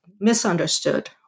misunderstood